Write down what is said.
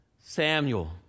Samuel